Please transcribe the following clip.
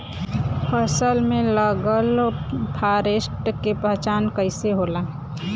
फसल में लगल फारेस्ट के पहचान कइसे होला?